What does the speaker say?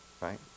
right